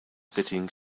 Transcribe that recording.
sitting